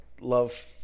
love